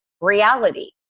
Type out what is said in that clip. reality